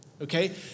okay